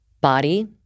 body